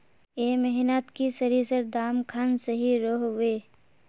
ए महीनात की सरिसर दाम खान सही रोहवे?